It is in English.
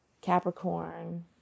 Capricorn